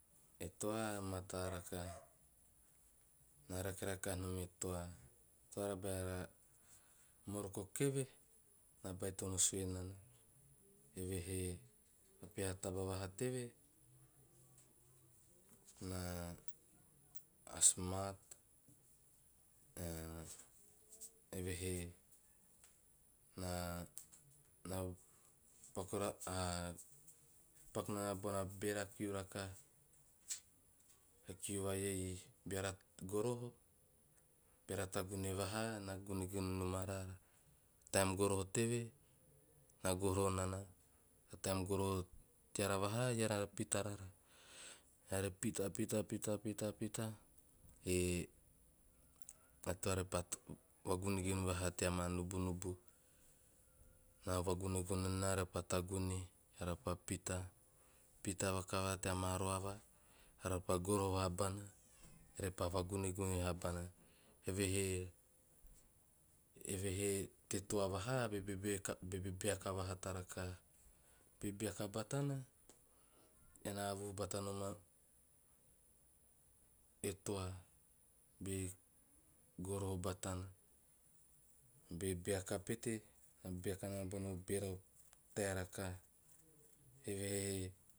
E toa a mataa rakaha, na rake rakaha non e toa. Beara moroko keve na baitono sue nana, evehe a peha taba vaha keve na a 'smart' a evehe na paku rah paku nana bona bera kiu rakaha, a kiu va iei beara goroho nana. Taem goroho teara vaha eara na, re pita pita pita pita pita a toa repaa gungune vaha teama nubunubu na vagunnegune nana repaa tagune eara repaa pita. Pita vakavara teama raava arapa goroho vahabana, orepaa vagunegune vahobona. Evehe te toa vaha bebeaka vahate rakahaa, bebeaka batana ean na avuhu bata nom e toa be goroho batana. Be baka pete, beaka nana beno bera tae rakaha. Evehe